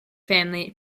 family